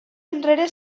enrere